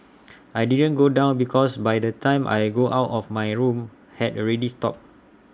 I didn't go down because by the time I got out of my room had already stopped